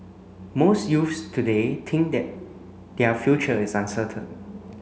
most youths today think that their future is uncertain